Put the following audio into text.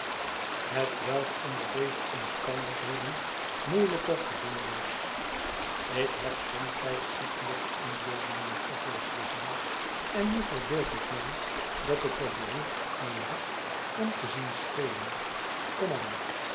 hetwelk onder deze omstandigheden moeielijker te doen was ik heb somtijds ziekelljke inbeeldingen vervolgde zij en nu verbeeld ik mij dat ik er behoefte aan heb om te zien spelen kom